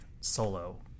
solo